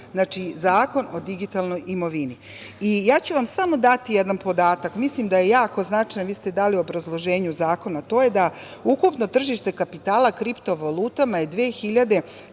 Zakon o digitalnoj imovini. Samo ću dati jedan podatak, mislim da je jako značajan, vi ste dali u obrazloženju zakona, to je da ukupno tržište kapitala kriptovaluta je 2013.